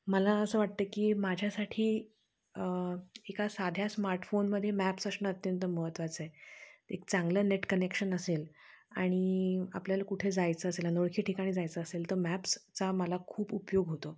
मला असं वाटतं की माझ्यासाठी एका साध्या स्मार्टफोनमध्ये मॅप्स असणं अत्यंत महत्त्वाचं आहे एक चांगलं नेट कनेक्शन असेल आणि आपल्याला कुठे जायचं असेल अनोळखी ठिकाणी जायचं असेल तर मॅप्सचा मला खूप उपयोग होतो